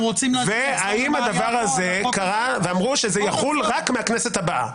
האם הדבר הזה קרה ואמרו שזה יחול רק מהכנסת הבאה?